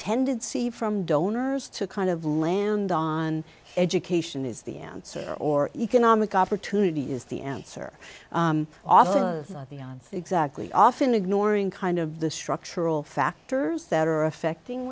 tendency from donors to kind of land on education is the answer or economic opportunity is the answer on the on exactly off in ignoring kind of the structural factors that are affecting